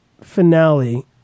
finale